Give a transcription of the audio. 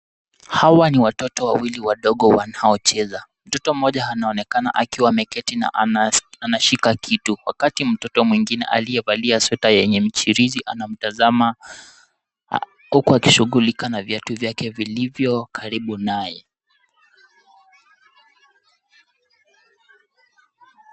Hawa ni watoto wawili wadogo wanaocheza. Mtoto mmoja anaonekana akiwa ameketi na anashika kitu, wakati mtoto mwingine aliyevalia sweta yenye mchirizi, anamtazama huku akishughulika na viatu vyake vilivyo karibu naye.